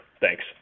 Thanks